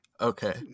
Okay